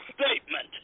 statement